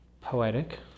poetic